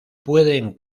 pueden